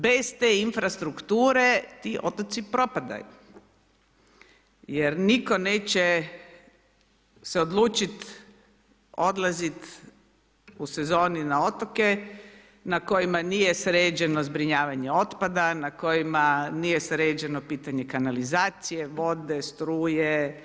Bez te infrastrukture, ti otoci propadaju jer nitko neće se odlučiti odlaziti u sezoni na otoke na kojima nije sređeno zbrinjavanje otpada, na kojima nije sređeno pitanje kanalizacije, vode, struje.